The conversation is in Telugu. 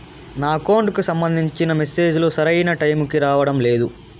నా అకౌంట్ కి సంబంధించిన మెసేజ్ లు సరైన టైముకి రావడం లేదు